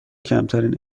کمترین